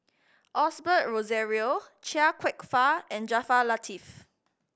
Osbert Rozario Chia Kwek Fah and Jaafar Latiff